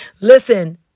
Listen